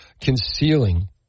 concealing